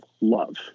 love